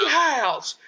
house